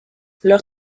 leur